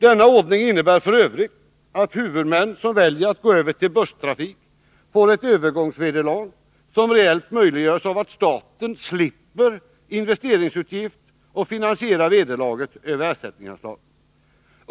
Denna ordning innebär f. ö. att huvudmän som väljer att gå över till busstrafik får ett övergångsvederlag, som reellt möjliggörs av att staten slipper investeringsutgift och finansierar vederlaget över ersättningsanslaget.